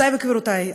גבירותי ורבותי,